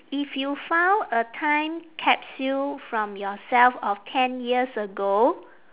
if you found a time capsule from yourself of ten years ago